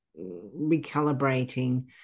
recalibrating